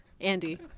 Andy